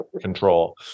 control